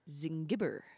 Zingiber